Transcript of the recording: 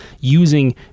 using